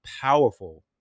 powerful